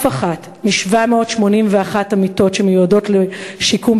אף אחת מ-781 המיטות שמיועדות לשיקום